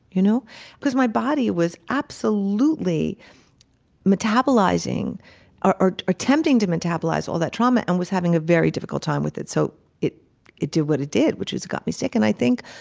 you know cause my body was absolutely metabolizing or or attempting to metabolize all that trauma and was having a very difficult time with it. so it it did what it did, which is got me sick. and i think